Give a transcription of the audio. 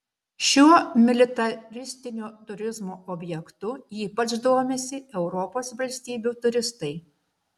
šiuo militaristinio turizmo objektu ypač domisi europos valstybių turistai